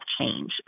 change